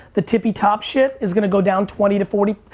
the tippy top shit is gonna go down twenty to forty,